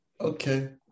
Okay